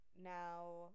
now